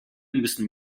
müssen